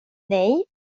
nej